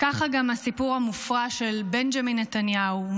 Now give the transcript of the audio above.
ככה גם הסיפור המופרע של בנג'מין נתניהו,